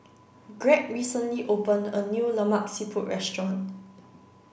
Gregg recently opened a new Lemak Siput restaurant